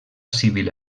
civil